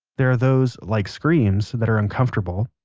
there are those, like screams, that are uncomfortable